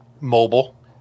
mobile